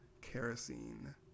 kerosene